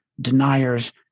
deniers